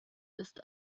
ist